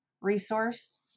resource